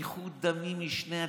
שפיכות דמים משני הצדדים.